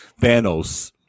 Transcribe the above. Thanos